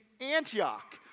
Antioch